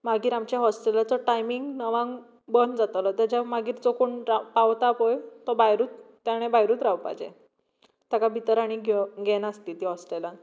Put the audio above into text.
मागीर आमच्या हॉस्टॅलाचो टायमींग णवांक बंद जातालो ताज्या मागीर जो कोण राव पावता पळय तो भायरूच ताणें भायरूच रावपाचें ताका भितर आनी घेव घेय नासलीं तीं हॉस्टॅलांत